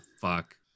fuck